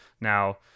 Now